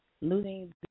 losing